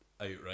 outright